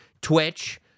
Twitch